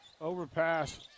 Overpass